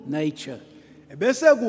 nature